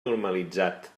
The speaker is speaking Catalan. normalitzat